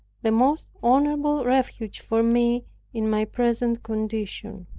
the most honorable refuge for me in my present condition.